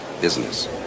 business